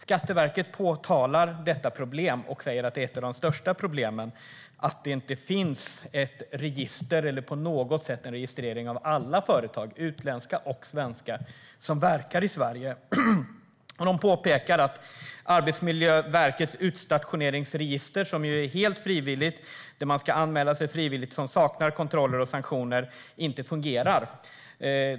Skatteverket påtalar detta problem och säger att ett av de största problemen är att det inte finns någon registrering av alla företag, utländska och svenska, som verkar i Sverige. De påpekar att Arbetsmiljöverkets utstationeringsregister som är helt frivilligt, där man ska anmäla sig frivilligt och som saknar kontroller och sanktioner, inte fungerar.